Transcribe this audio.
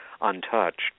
untouched